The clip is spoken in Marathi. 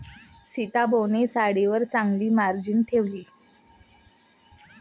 सीताबोने साडीवर चांगला मार्जिन ठेवले